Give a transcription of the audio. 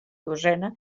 dosena